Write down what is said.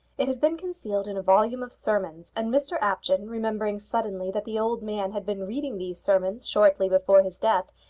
it had been concealed in a volume of sermons, and mr apjohn, remembering suddenly that the old man had been reading these sermons shortly before his death,